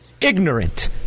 Ignorant